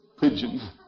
Pigeon